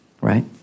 right